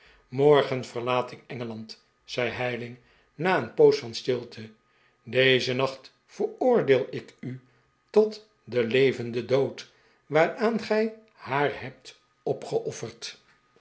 morgen verlaat ik engeland zei heyling na een poos van stilte dezen nacht veroordeel ik u tot den levenden dood waaraan gij haar hebt opgeofferd